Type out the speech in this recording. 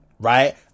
right